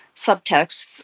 subtexts